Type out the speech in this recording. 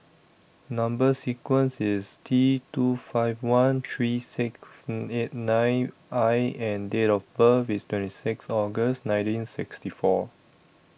Number sequence IS T two five one three six eight nine I and Date of birth IS twenty six August nineteen sixty four